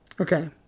Okay